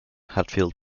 hatfield